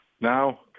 Now